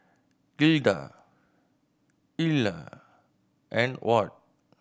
Gilda Ila and Ward